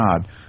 God